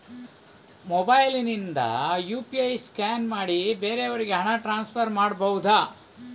Mobile ನಿಂದ UPI scan ಮಾಡಿ ಬೇರೆಯವರಿಗೆ ಹಣ ಟ್ರಾನ್ಸ್ಫರ್ ಮಾಡಬಹುದ?